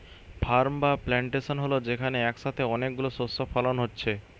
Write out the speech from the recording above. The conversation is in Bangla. ফার্ম বা প্লানটেশন হল যেখানে একসাথে অনেক গুলো শস্য ফলন হচ্ছে